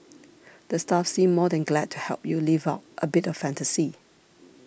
the staff seem more than glad to help you live out a bit of fantasy